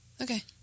Okay